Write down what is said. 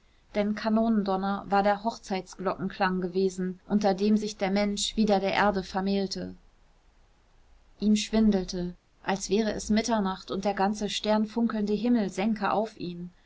denn kanonendonner war der hochzeitsglockenklang gewesen unter dem sich der mensch wieder der erde vermählte ihm schwindelte als wäre es mitternacht und der ganze sternfunkelnde himmel sänke auf ihn